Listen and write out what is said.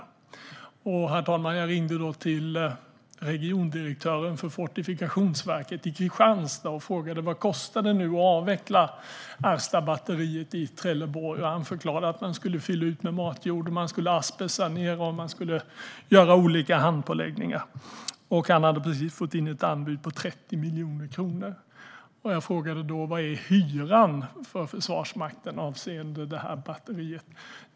Jag ringde då till regiondirektören för Fortifikationsverket i Kristianstad och frågade: Vad kostar det att avveckla Erstabatteriet i Trelleborg? Han förklarade att man skulle fylla ut med matjord, asbestsanera och göra olika handpåläggningar. Han hade precis fått in ett anbud på 30 miljoner kronor. Jag frågade då: Vad är hyran för Försvarsmakten avseende det här batteriet?